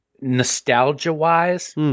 Nostalgia-wise